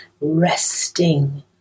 resting